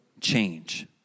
change